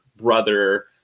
brother